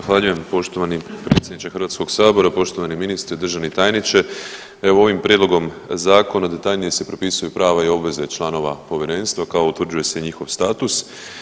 Zahvaljujem poštovani predsjedniče Hrvatskog sabora, poštovani ministre, državni tajniče, evo ovim prijedlogom zakona detaljnije se propisuju prava i obveze članova povjerenstva, kao utvrđuje se njihov status.